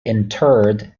interred